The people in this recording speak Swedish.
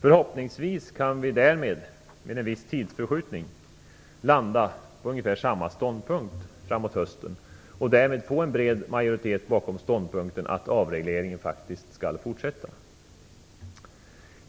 Förhoppningsvis kan vi med en viss tidsförskjutning landa på samma ståndpunkt under hösten och därmed få en bred majoritet bakom ståndpunkten att avregleringen skall fortsätta.